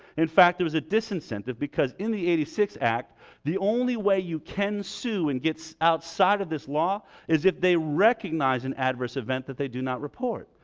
in fact there was a disincentive because in the eighty six act the only way you can sue and get so outside of this law is if they recognize an adverse event that they do not report.